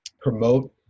promote